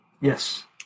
Yes